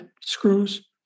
screws